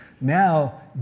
now